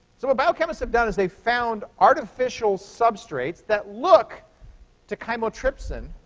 so what biochemists have done is they found artificial substrates that look to chymotrypsin